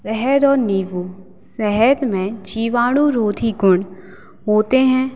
शहद और नींबू शहद में जीवाणुरोधी गुण होते हैं